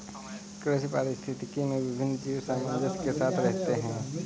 कृषि पारिस्थितिकी में विभिन्न जीव सामंजस्य के साथ रहते हैं